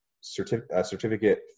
certificate